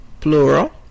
plural